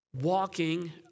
walking